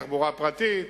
תחבורה פרטית,